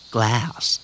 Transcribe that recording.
Glass